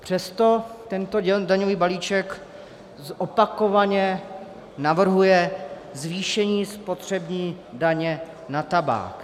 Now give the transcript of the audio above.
Přesto tento daňový balíček opakovaně navrhuje zvýšení spotřební daně na tabák.